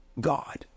God